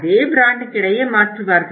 அதே பிராண்டுக்கிடையே மாற்றுவார்கள்